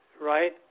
right